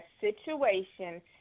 situation